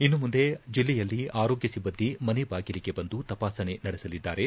ಇನ್ನು ಮುಂದೆ ಜಿಲ್ಲೆಯಲ್ಲಿ ಆರೋಗ್ಯ ಸಿಬ್ಬಂದಿ ಮನೆ ಬಾಗಿಲಿಗೆ ಬಂದು ತಪಾಸಣೆ ನಡೆಸಲಿದ್ದಾರೆ